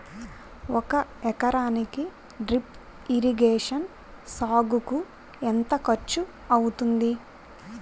ఒక ఎకరానికి drip irrigation సాగుకు ఎంత ఖర్చు అవుతుంది?